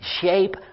shape